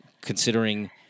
considering